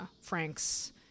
Frank's